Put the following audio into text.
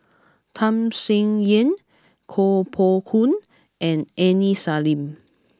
Tham Sien Yen Kuo Pao Kun and Aini Salim